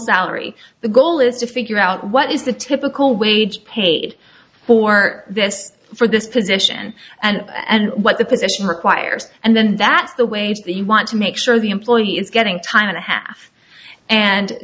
salary the goal is to figure out what is the typical wage paid for this for this position and what the position requires and then that's the wage that you want to make sure the employee is getting time and a half and